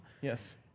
Yes